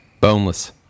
Boneless